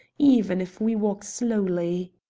even if we walk slowly.